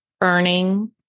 earning